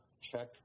check